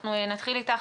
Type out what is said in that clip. אנחנו נתחיל איתך,